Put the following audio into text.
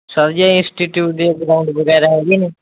institute ਦੇ ground ਵਗੈਰਾ ਹੈਗੇ ਨੇ